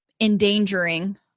endangering